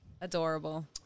Adorable